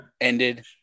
ended